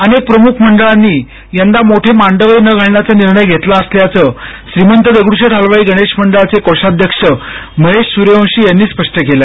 अनेक प्रमुख मंडळांनी यंदा मोठे मांडवही न घालण्याचा निर्णय घेतला असल्याचं श्रीमंत दगड्शेठ हलवाई गणेश मंडळाचे कोषाध्यक्ष महेश सूर्यवशी सूर्यवशी यांनी स्पष्ट केलं